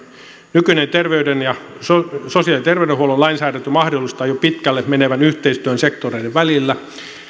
nykyinen sosiaali ja terveydenhuollon lainsäädäntö mahdollistaa jo pitkälle menevän yhteistyön sektoreiden välillä